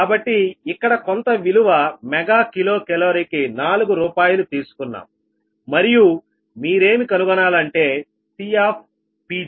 కాబట్టి ఇక్కడ కొంత విలువ మెగా కిలో కేలరీకి 4 రూపాయలు తీసుకున్నాం మరియు మీరేమి కనుగొనాలంటే C